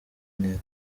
neza